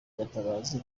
gatabazi